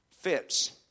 fits